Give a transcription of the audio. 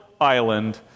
island